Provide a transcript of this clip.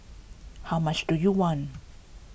how much do you want